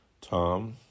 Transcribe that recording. Tom